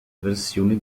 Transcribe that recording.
versioni